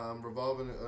revolving